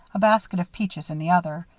a basket of peaches in the other.